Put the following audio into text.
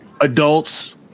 adults